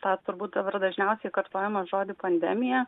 tą turbūt dabar dažniausiai kartojamą žodį pandemija